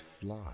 fly